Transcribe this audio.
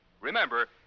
Remember